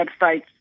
websites